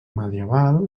medieval